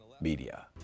media